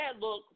look